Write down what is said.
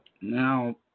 Now